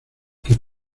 que